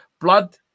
blood